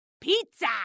Pizza